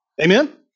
Amen